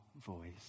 Voice